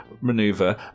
maneuver